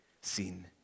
seen